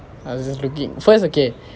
I was just looking first okay